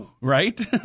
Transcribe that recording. Right